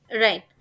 Right